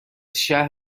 شهر